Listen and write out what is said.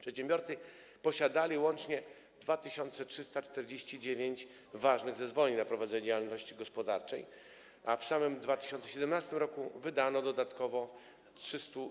Przedsiębiorcy posiadali łącznie 2349 ważnych zezwoleń na prowadzenie działalności gospodarczej, a w samym 2017 r. wydano dodatkowo